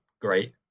great